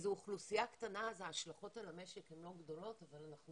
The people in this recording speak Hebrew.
זו אוכלוסייה קטנה וההשלכות על המשק הן לא גדולות אבל אנחנו